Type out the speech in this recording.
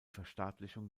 verstaatlichung